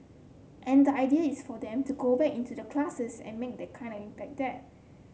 and the idea is for them to go back into the classes and make that kind of impact there